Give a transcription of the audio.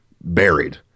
buried